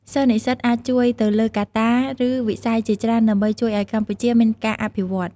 សិស្សនិស្សិតអាចជួយទៅលើកត្តា ឬវិស័យជាច្រើនដើម្បីជួយឲ្យកម្ពុជាមានការអភិវឌ្ឍន៍។